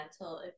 mental